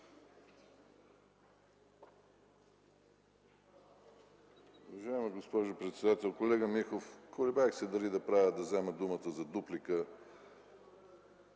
добре.